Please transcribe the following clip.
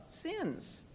sins